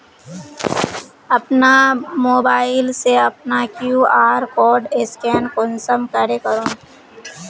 अपना मोबाईल से अपना कियु.आर कोड स्कैन कुंसम करे करूम?